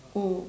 mm